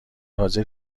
حاضر